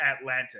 Atlanta